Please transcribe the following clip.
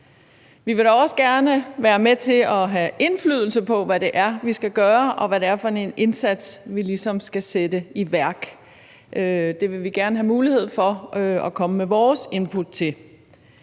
Vi vil dog gerne være med til at have indflydelse på, hvad det er, der skal gøres, og hvad det er for en indsats, man ligesom skal sætte i værk. Det vil vi gerne have mulighed for at komme med vores input til.